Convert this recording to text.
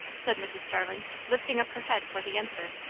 said mrs. starling, lifting up her head for the answer.